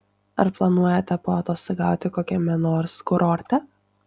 ar planuojate paatostogauti kokiame nors kurorte